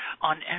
on